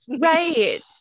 Right